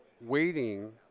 waiting